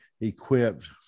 equipped